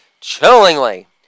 chillingly